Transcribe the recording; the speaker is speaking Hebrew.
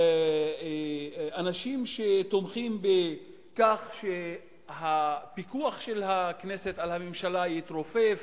אנשים שתומכים בכך שהפיקוח של הכנסת על הממשלה יתרופף.